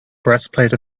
breastplate